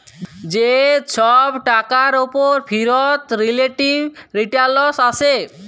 যে ছব টাকার উপর ফিরত রিলেটিভ রিটারল্স আসে